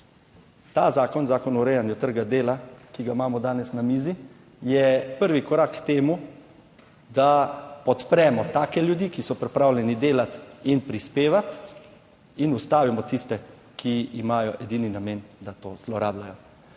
Ta zakon, zakon o urejanju trga dela, ki ga imamo danes na mizi, je prvi korak k temu, da podpremo take ljudi, ki so pripravljeni delati in prispevati, in ustavimo tiste, ki imajo edini namen, da to zlorabljajo.